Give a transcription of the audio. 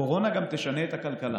הקורונה גם תשנה את הכלכלה.